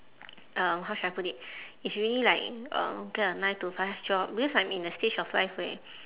uh how should I put it it's really like uh get a nine to five job because I'm in a stage of life where